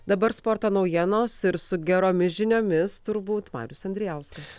dabar sporto naujienos ir su geromis žiniomis turbūt marius andrijauskas